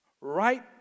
right